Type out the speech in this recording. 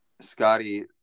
scotty